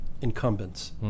Incumbents